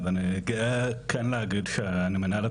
אז אני גאה כן להגיד שאני מנהל את